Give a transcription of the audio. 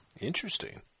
interesting